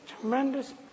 tremendous